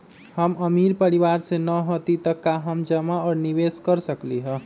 हम अमीर परिवार से न हती त का हम जमा और निवेस कर सकली ह?